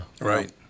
Right